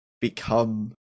become